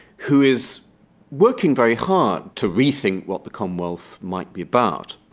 who is working very hard to rethink what the commonwealth might be about.